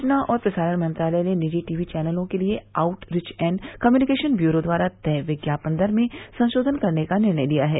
सूचना और प्रसारण मंत्रालय ने निजी टीवीचैनलों के लिए outreach and communication bureau द्वारा तय विज्ञापन दर में संशोधन करने का निर्णय लिया है